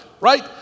right